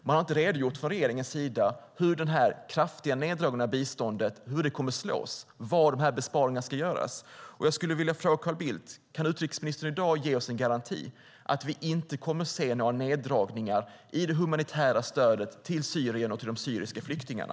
Man har från regeringens sida inte redogjort för hur den här kraftiga neddragningen av biståndet kommer att slå och var dessa besparingar ska göras. Kan utrikesministern i dag ge oss en garanti för att det inte kommer att göras några neddragningar i det humanitära stödet till Syrien och de syriska flyktingarna?